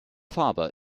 faber